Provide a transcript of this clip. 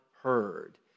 heard